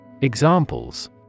Examples